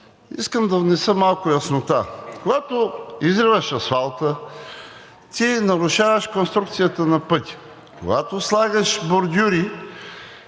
искам да внеса малко яснота. Когато изливаш асфалта, ти нарушаваш конструкцията на пътя. Когато слагаш бордюри